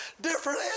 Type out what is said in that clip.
different